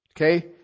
Okay